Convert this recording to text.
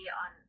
on